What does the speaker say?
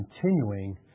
continuing